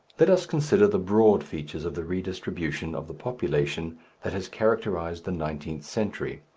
let us consider the broad features of the redistribution of the population that has characterized the nineteenth century.